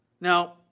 Now